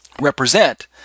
represent